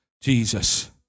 Jesus